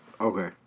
Okay